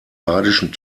badischen